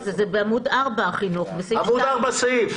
החינוך זה בעמוד 4. עמוד 4, סעיף?